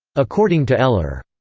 according to eller,